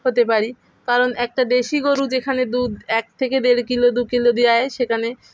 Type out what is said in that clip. হতে পারি কারণ একটা দেশি গরু যেখানে দুধ এক থেকে দেড় কিলো দু কিলো দেওয়া হয় সেখানে